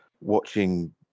watching